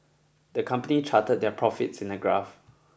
the company charted their profits in a graph